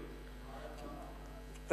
מה היה באנאפוליס?